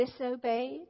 disobeyed